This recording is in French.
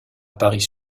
paris